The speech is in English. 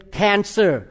cancer